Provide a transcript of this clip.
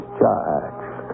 charged